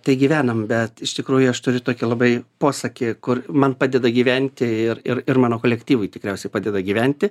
tai gyvenam bet iš tikrųjų aš turiu tokį labai posakį kur man padeda gyventi ir ir ir mano kolektyvui tikriausiai padeda gyventi